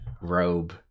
robe